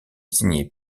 signé